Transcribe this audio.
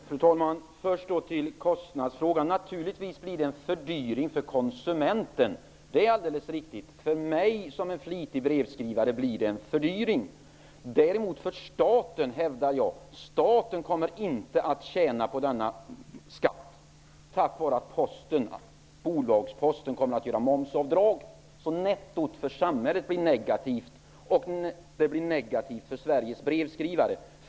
Fru talman! Låt mig först ta upp kostnadsfrågan. Det blir naturligtvis en fördyring för konsumenten. Det är alldeles riktigt. För mig, som är en flitig brevskrivare, blir det en fördyring. Däremot hävdar jag att staten inte kommer att tjäna på denna skatt eftersom bolagsposten kommer att göra momsavdrag. Nettot för samhället blir negativt. Det blir även negativt för Sveriges brevskrivare.